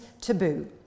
taboo